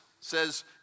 says